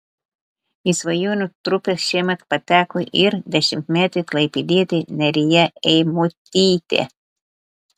į svajonių trupę šiemet pateko ir dešimtmetė klaipėdietė nerija eimutytė